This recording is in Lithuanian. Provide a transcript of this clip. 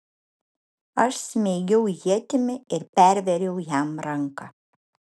aš smeigiau ietimi ir pervėriau jam ranką